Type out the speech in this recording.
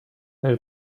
elle